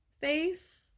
face